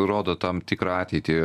rodo tam tikrą ateitį